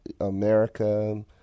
America